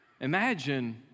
Imagine